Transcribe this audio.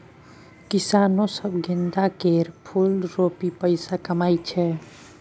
किसानो सब गेंदा केर फुल रोपि पैसा कमाइ छै